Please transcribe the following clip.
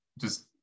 just-